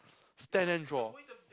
stand and draw